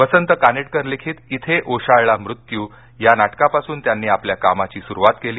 वसंत कानेटकर लिखित इथे ओशाळला मृत्यू या नाटकापासून त्यांनी आपल्या कामाची सुरूवात केली